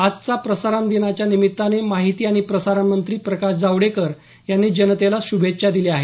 आजच्या प्रसारण दिनाच्या निमित्ताने माहिती आणि प्रसारण मंत्री प्रकाश जावडेकर यांनी जनतेला श्भेच्छा दिल्या आहेत